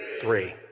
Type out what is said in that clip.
three